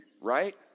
right